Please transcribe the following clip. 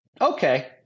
Okay